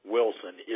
Wilson